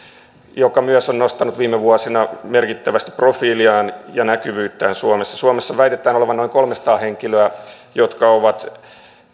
joka myös on nostanut viime vuosina merkittävästi profiiliaan ja näkyvyyttään suomessa suomessa väitetään olevan noin kolmesataa henkilöä jotka ovat